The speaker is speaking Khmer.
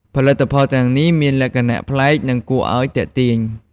ផលិតផលទាំងនេះមានលក្ខណៈប្លែក និងគួរឲ្យទាក់ទាញ។